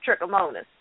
trichomonas